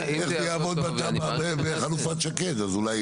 בוא נראה.